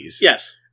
Yes